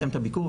אתן את הביקור,